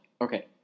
Okay